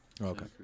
Okay